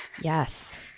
Yes